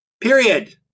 Period